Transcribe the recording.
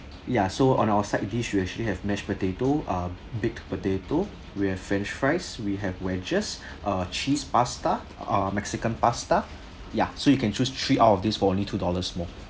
ya so on our side dish we actually have mash potato ah big potato we have french fries we have wedges ah cheese pasta ah mexican pasta ya so you can choose three out of these for only two dollars more